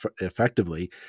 effectively